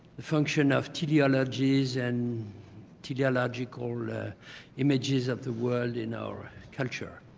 the function of teleologies and teleological images of the world in our culture.